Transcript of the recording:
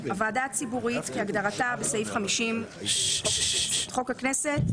""הוועדה הציבורית" כהגדרתה בסעיף 50 לחוק הכנסת,